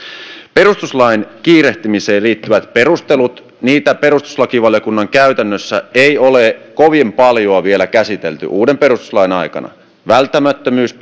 perustuslain kiirehtimiseen liittyvät perustelut niitä perustuslakivaliokunnan käytännössä ei ole kovin paljoa vielä käsitelty uuden perustuslain aikana välttämättömyys